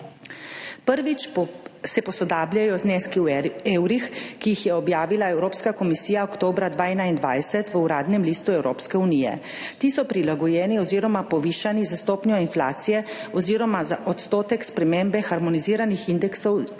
Prvič se posodabljajo zneski v evrih, ki jih je objavila Evropska komisija oktobra 2021 v Uradnem listu Evropske unije. Ti so prilagojeni oziroma povišani za stopnjo inflacije oziroma za odstotek spremembe harmoniziranih indeksov